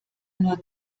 nur